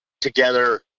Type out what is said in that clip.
together